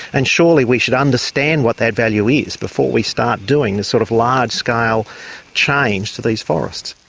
and surely we should understand what that value is before we start doing this sort of large-scale change to these forests.